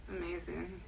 Amazing